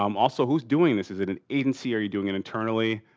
um also who's doing this? is it an agency? are you doing it internally?